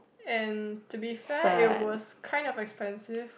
and to be fair it was kind of expensive